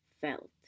felt